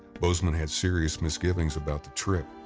bozeman had serious misgivings about the trip,